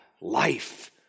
life